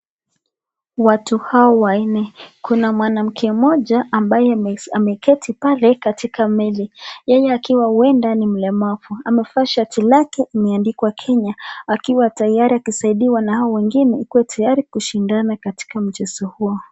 Watu hawa wanne, kuna mwanamke mmoja ambaye ameketi pale katika mechi yeye akiwa huenda ni mlemavu ,amevaa shati lake imeandikwa Kenya akiwa tayari akisaidiwa na hao wengine akiwa tayari kushindana Katika mchezo huo.